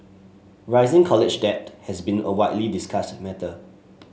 rising college debt has been a widely discussed matter